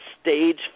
stage